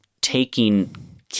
taking